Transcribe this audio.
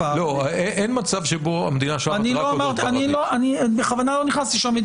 אין מצב שבו המדינה -- אני בכוונה לא נכנס לשם.